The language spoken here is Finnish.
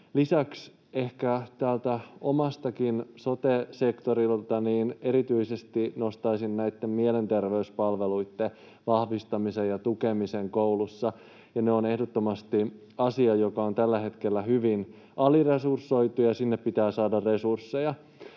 sektorilta, sote-sektorilta, erityisesti nostaisin mielenterveyspalveluitten vahvistamisen ja tukemisen koulussa. Ne ovat ehdottomasti asia, joka on tällä hetkellä hyvin aliresursoitu, ja sinne pitää saada resursseja.